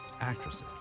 actresses